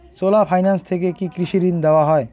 চোলা finance থেকে কি কৃষি ঋণ দেওয়া হয়?